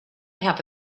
have